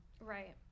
Right